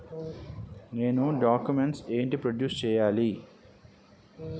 నేను డాక్యుమెంట్స్ ఏంటి ప్రొడ్యూస్ చెయ్యాలి?